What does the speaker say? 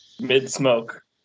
mid-smoke